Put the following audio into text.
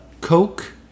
Coke